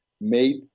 made